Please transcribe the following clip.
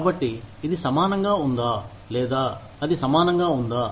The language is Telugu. కాబట్టి ఇది సమానంగా ఉందా లేదా అది సమానంగా ఉందా